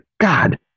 God